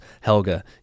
Helga